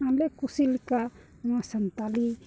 ᱟᱞᱮ ᱠᱩᱥᱤ ᱞᱮᱠᱟ ᱱᱚᱣᱟ ᱥᱟᱱᱛᱟᱲᱤ